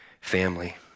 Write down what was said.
family